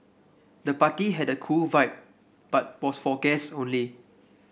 the party had a cool vibe but was for guest only